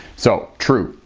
so true!